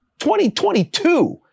2022